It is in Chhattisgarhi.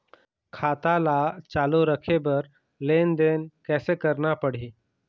खाता ला चालू रखे बर लेनदेन कैसे रखना पड़ही?